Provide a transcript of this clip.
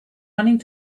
running